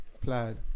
Plaid